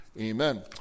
Amen